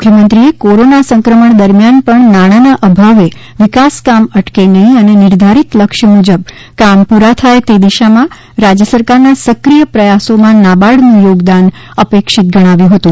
મુખ્યમંત્રીએ કોરોના સંક્રમણ દરમ્યાન પણ નાણાના અભાવે વિકાસા કામ અટકે નહીં અને નિર્ધારિત લક્ષ્ય મુજબ કામ પૂરા થાય તે દિશામાં રાજ્ય સરકારના સક્રિય પ્રયાસોમાં નાબાર્ડનું યોગદાન અપેક્ષિત ગણાવ્યું હતું